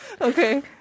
Okay